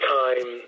time